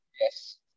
Yes